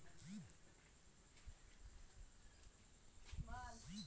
farming মানে হতিছে চাষের মাঠে সব ব্যবস্থা করে চাষ কোরে